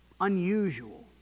...unusual